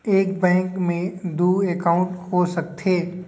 एक बैंक में दू एकाउंट हो सकत हे?